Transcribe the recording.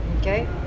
okay